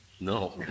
No